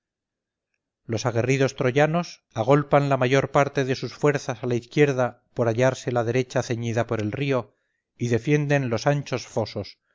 los aguerridos troyanos agolpan la mayor parte de sus fuerzas a la izquierda por hallarse la derecha ceñida por el río y defienden los anchos fosos